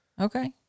Okay